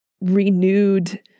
renewed